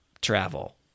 travel